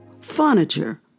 furniture